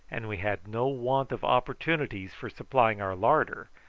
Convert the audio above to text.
and we had no want of opportunities for supplying our larder,